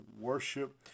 worship